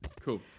Cool